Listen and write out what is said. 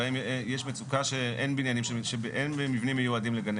יש מצוקה כי אין מבנים מיועדים לגני